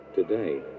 Today